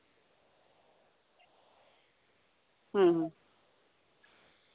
ᱦᱩᱸ